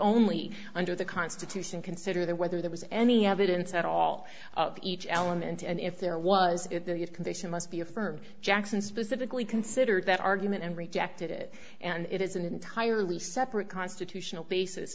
only under the constitution consider that whether there was any evidence at all of each element and if there was if the if condition must be affirmed jackson specifically considered that argument and rejected it and it is an entirely separate constitutional basis